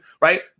right